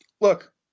Look